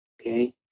Okay